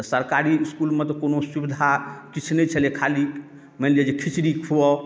तऽ सरकारी इसकुलमे तऽ कोनो सुविधा किछु नहि छलै खाली मानि लिअ जे खिचड़ी खुओ